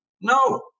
No